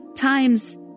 times